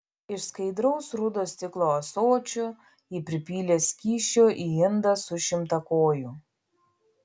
iš skaidraus rudo stiklo ąsočio ji pripylė skysčio į indą su šimtakoju